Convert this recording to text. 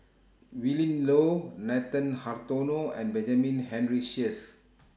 Willin Low Nathan Hartono and Benjamin Henry Sheares